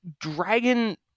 Dragon